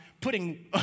putting